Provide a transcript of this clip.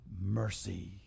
mercy